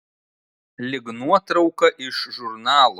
lyg nuotrauka iš žurnalo